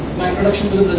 my introduction to